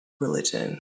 religion